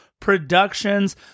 productions